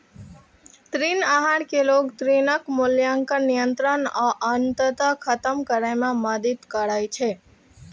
ऋण आहार लोग कें ऋणक मूल्यांकन, नियंत्रण आ अंततः खत्म करै मे मदति करै छै